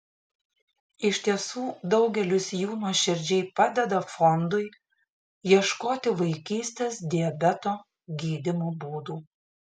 iš tiesų daugelis jų nuoširdžiai padeda fondui ieškoti vaikystės diabeto gydymo būdų